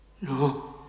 No